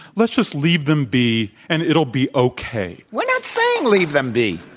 let's just leave them be and it'll be okay. we're not saying leave them be.